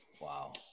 Wow